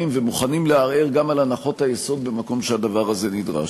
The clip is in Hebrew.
ומוכנים לערער גם על הנחות היסוד במקום שהדבר הזה נדרש.